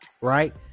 right